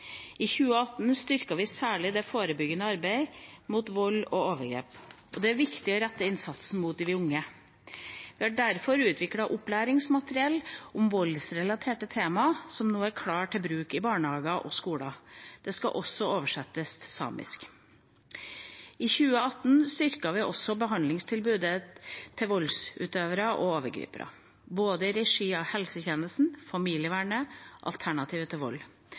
I 2019 styrker vi særlig det forebyggende arbeidet mot vold og overgrep. Det er viktig å rette innsatsen mot de unge. Vi har derfor utviklet opplæringsmateriell om voldsrelaterte tema som nå er klart til bruk i barnehage og skoler. Dette skal også oversettes til samisk. I 2019 styrker vi også behandlingstilbudet til voldsutøvere og overgripere, i regi av både helsetjenesten, familievernet og Alternativ til vold.